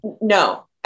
No